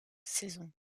saisons